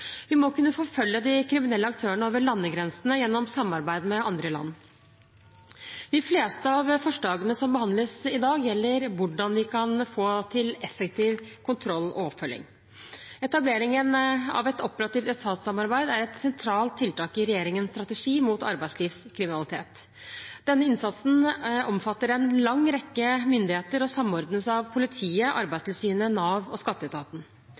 Vi må kunne forfølge de kriminelle aktørene over landegrensene gjennom samarbeid med andre land. De fleste av forslagene som behandles i dag, gjelder hvordan vi kan få til en effektiv kontroll og oppfølging. Etableringen av et operativt etatssamarbeid er et sentralt tiltak i regjeringens strategi mot arbeidslivskriminalitet. Denne innsatsen omfatter en lang rekke myndigheter og samordnes av politiet, Arbeidstilsynet, Nav og skatteetaten.